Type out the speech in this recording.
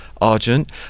Argent